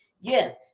Yes